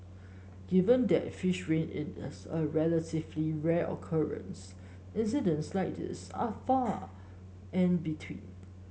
given that fish rain is a relatively rare occurrence incidents like these are far and between